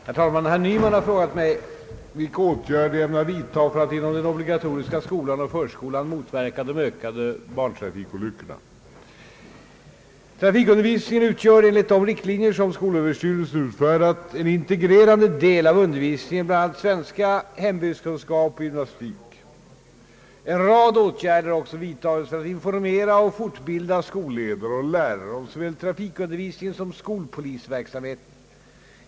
Herr talman! Herr Nyman har frågat mig, vilka åtgärder jag ämnar vidta för att inom den obligatoriska skolan och förskolan motverka de ökande barntrafikolyckorna. Trafikundervisningen utgör — enligt de riktlinjer som skolöverstyrelsen utfärdat — en integrerande del av undervisningen i bl.a. svenska, hembygdskunskap och gymnastik. En rad åtgärder har också vidtagits för att informera och fortbilda skolledare och lärare om såväl trafikundervisningen som skolpolisverksamheten.